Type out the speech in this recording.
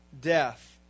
death